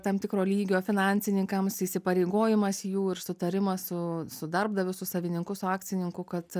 tam tikro lygio finansininkams įsipareigojimas jų ir sutarimas su su darbdaviu su savininku akcininku kad